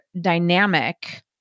dynamic